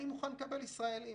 אני מוכן לקבל ישראלים